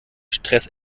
stress